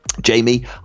Jamie